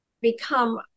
become